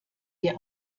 der